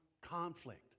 conflict